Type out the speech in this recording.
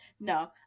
no